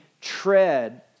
tread